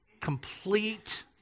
complete